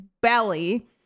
belly